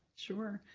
sure.